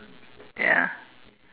ya